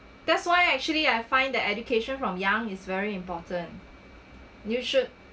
that's why actually I find that education from young is very important you should